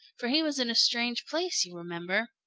for he was in a strange place, you remember.